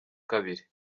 kabiri